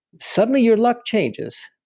suddenly your luck changes.